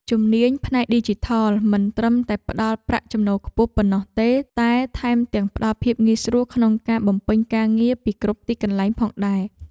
ជំនាញផ្នែកឌីជីថលមិនត្រឹមតែផ្តល់ប្រាក់ចំណូលខ្ពស់ប៉ុណ្ណោះទេតែថែមទាំងផ្តល់ភាពងាយស្រួលក្នុងការបំពេញការងារពីគ្រប់ទីកន្លែងផងដែរ។